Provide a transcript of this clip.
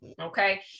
Okay